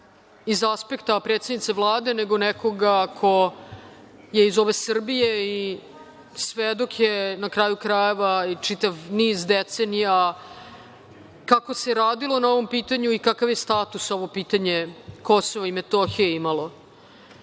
sa aspekta predsednice Vlade, nego nekoga ko je iz ove Srbije i svedok je, na kraju krajeva, i čitav niz decenija kako se radilo na ovom pitanju i kakav je status ovo pitanje Kosova i Metohije imalo.